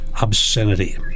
obscenity